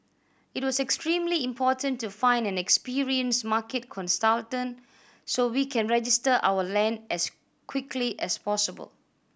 it was extremely important to find an experienced market consultant so we can register our land as quickly as possible